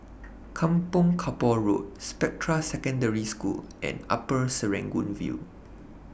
Kampong Kapor Road Spectra Secondary School and Upper Serangoon View